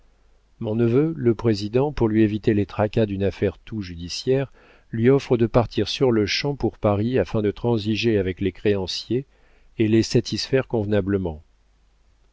mon neveu le président pour lui éviter les tracas d'une affaire toute judiciaire lui offre de partir sur-le-champ pour paris afin de transiger avec les créanciers et les satisfaire convenablement